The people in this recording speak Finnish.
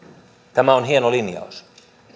tämä on hieno linjaus